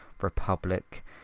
Republic